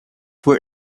were